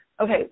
okay